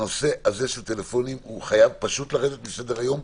הנושא הזה של טלפונים חייב לרדת מסדר היום,